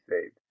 saved